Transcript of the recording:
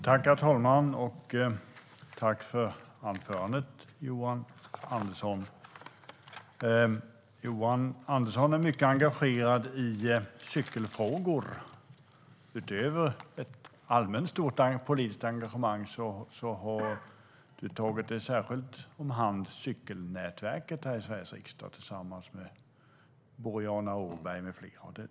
Herr talman! Tack för anförandet, Johan Andersson! Johan Andersson är mycket engagerad i cykelfrågor. Utöver ett allmänt stort politiskt engagemang har han tagit sig särskilt an cykelnätverket här i Sveriges riksdag tillsammans med Boriana Åberg med flera.